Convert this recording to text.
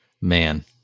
Man